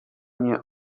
nie